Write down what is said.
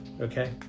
okay